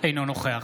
אינו נוכח